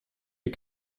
les